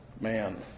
man